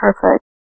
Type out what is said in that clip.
perfect